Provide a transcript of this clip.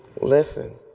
Listen